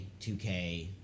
2K